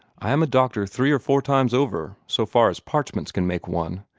i am a doctor three or four times over, so far as parchments can make one.